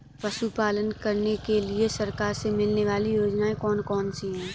पशु पालन करने के लिए सरकार से मिलने वाली योजनाएँ कौन कौन सी हैं?